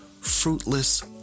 fruitless